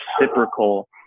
reciprocal